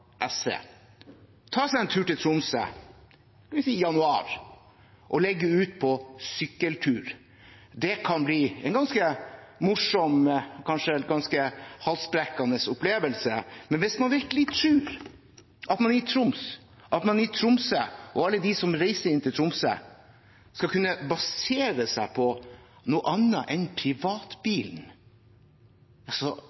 SV. Han kan ta seg en tur til Tromsø, f.eks. i januar, og legge ut på sykkeltur. Det kan bli en ganske morsom og kanskje ganske halsbrekkende opplevelse. Men hvis man virkelig tror at man i Troms, at man i Tromsø, og at alle de som reiser inn til Tromsø, skal kunne basere seg på noe annet enn